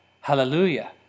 hallelujah